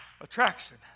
attraction